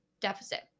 deficit